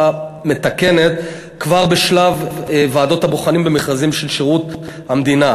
מתקנת כבר בשלב ועדות הבוחנים במכרזים של שירות המדינה.